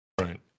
Right